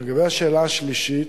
לגבי השאלה השלישית,